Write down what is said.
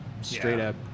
straight-up